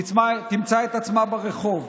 תמצא את עצמה ברחוב.